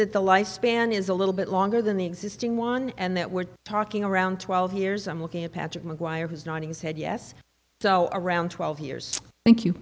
that the life span is a little bit longer than the existing one and that we're talking around twelve years i'm looking at patrick mcguire who's nodding said yes so around twelve years thank you